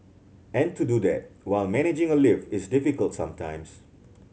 and to do that while managing a lift is difficult sometimes